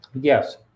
Yes